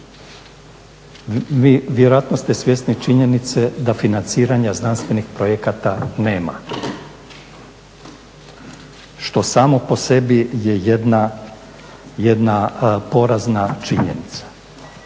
Vjerojatno ste svjesni činjenice da financiranja znanstvenih projekata nema što samo po sebi je jedna porazna činjenica.